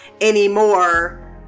anymore